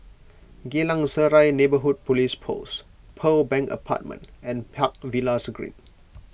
Geylang Serai Neighbourhood Police Post Pearl Bank Apartment and Park Villas Green